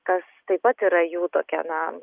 kas taip pat yra jų tokia na